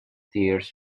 tears